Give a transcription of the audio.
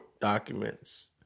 documents